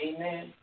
Amen